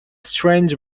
strange